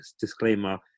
disclaimer